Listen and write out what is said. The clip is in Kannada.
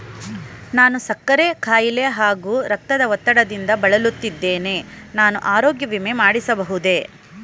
ನಾನು ಸಕ್ಕರೆ ಖಾಯಿಲೆ ಹಾಗೂ ರಕ್ತದ ಒತ್ತಡದಿಂದ ಬಳಲುತ್ತಿದ್ದೇನೆ ನಾನು ಆರೋಗ್ಯ ವಿಮೆ ಮಾಡಿಸಬಹುದೇ?